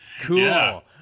Cool